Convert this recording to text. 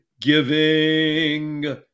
giving